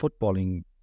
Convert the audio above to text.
footballing